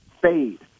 fade